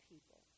people